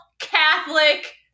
Catholic